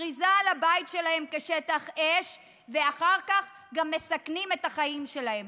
מכריזה על הבית שלהם כשטח אש ואחר כך גם מסכנים את החיים שלהם.